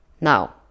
Now